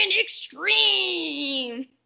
Extreme